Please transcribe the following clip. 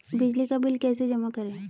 बिजली का बिल कैसे जमा करें?